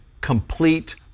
complete